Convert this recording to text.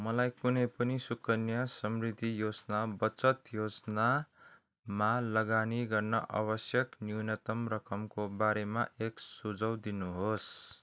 मलाई कुनै पनि सुकन्या समृद्धि योजना बचत योजनामा लगानी गर्न आवश्यक न्यूनतम रकमको बारेमा एक सुझाउ दिनुहोस्